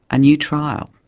a new trial?